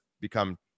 become